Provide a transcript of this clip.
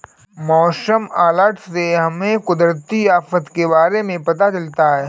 मौसम अलर्ट से हमें कुदरती आफत के बारे में पता चलता है